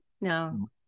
no